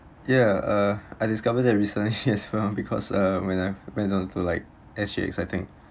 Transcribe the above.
ya uh I discovered that recently as well because uh when uh went on to like actually exciting